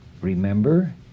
Remember